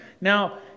Now